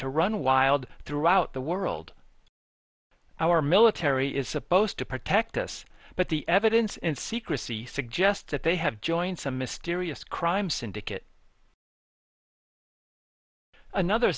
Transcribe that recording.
to run wild throughout the world our military is supposed to protect us but the evidence in secrecy suggests that they have joined some mysterious crime syndicate another